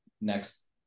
next